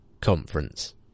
conference